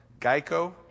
Geico